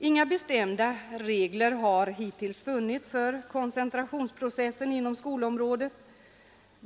Inga bestämda regler har hittills funnits för koncentrationsprocessen inom skolområdet.